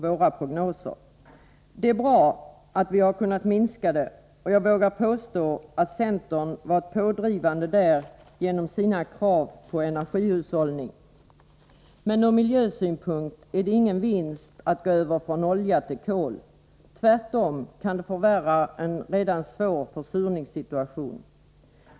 Minskningen är bra, och jag vågar påstå att centern varit pådrivande genom sina krav på energihushållning. Men ur miljösynpunkt är det ingen vinst att gå över från olja till kol. Tvärtom kan det förvärra en redan svår försurningssituation.